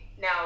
Now